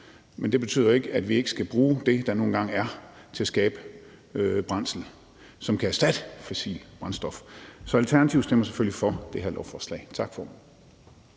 Men det betyder jo ikke, at vi ikke skal bruge det, der nu engang er, til at skabe brændsel, som kan erstatte fossil brændstof. Så Alternativet stemmer selvfølgelig for det her lovforslag. Tak for